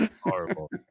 Horrible